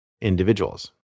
individuals